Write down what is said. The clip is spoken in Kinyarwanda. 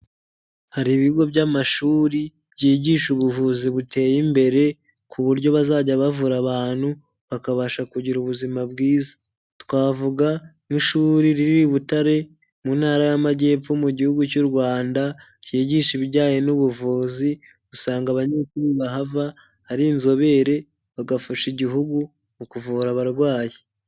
Hari ibigo by'amashuri byigisha ubuvuzi buteye imbere ku buryo bazajya bavura abantu bakabasha kugira ubuzima bwiza, twavuga nk'ishuri riri i Butare mu ntara y'amajyepfo mu gihugu cy'u Rwanda, cyigisha ibijyanye n'ubuvuzi, usanga abanyeshuri bahava ari inzobere, bagafasha igihugu mu kuvura abarwayi.